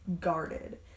guarded